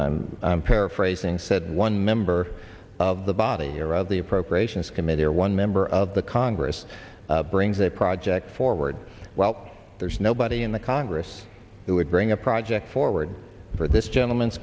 gentleman paraphrasing said one member of the body or of the appropriations committee or one member of the congress brings that project forward while there's nobody in the congress who would bring a project forward for this gentleman's